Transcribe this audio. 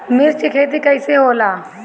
मिर्च के खेती कईसे होला?